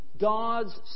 God's